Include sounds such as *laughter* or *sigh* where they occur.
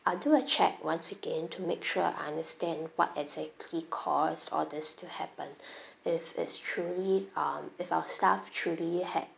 I'll do a check once again to make sure I understand what exactly cause all these to happen *breath* if it's truly um if our staff truly had